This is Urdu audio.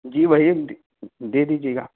جی وہی دے دیجیے گا